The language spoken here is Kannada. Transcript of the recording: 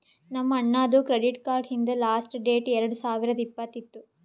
ನಮ್ ಅಣ್ಣಾದು ಕ್ರೆಡಿಟ್ ಕಾರ್ಡ ಹಿಂದ್ ಲಾಸ್ಟ್ ಡೇಟ್ ಎರಡು ಸಾವಿರದ್ ಇಪ್ಪತ್ತ್ ಇತ್ತು